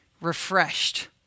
refreshed